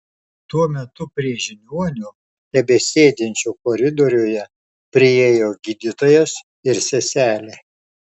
tuo metu prie žiniuonio tebesėdinčio koridoriuje priėjo gydytojas ir seselė